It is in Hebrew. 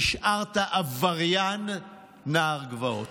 נשארת עבריין נער גבעות.